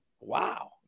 Wow